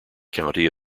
county